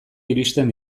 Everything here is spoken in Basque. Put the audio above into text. iristen